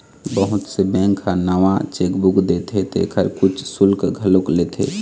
बहुत से बेंक ह नवा चेकबूक देथे तेखर कुछ सुल्क घलोक लेथे